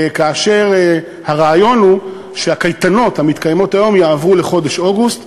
כאשר הרעיון הוא שהקייטנות המתקיימות היום יעברו לחודש אוגוסט,